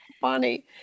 funny